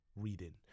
reading